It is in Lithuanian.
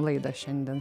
laidą šiandien